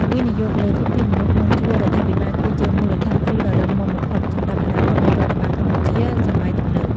វិនិយោគលើធនធានមនុស្សក្នុងជួររដ្ឋាភិបាល គឺជាមូលដ្ឋានគ្រឹះដ៏រឹងមាំបំផុតសម្រាប់អនាគតនៃរដ្ឋបាលកម្ពុជាសម័យទំនើប។